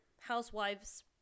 Housewives